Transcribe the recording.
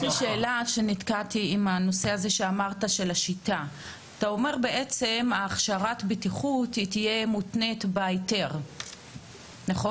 אתה אומר שהכשרת הבטיחות תהיה מותנית בהיתר, נכון?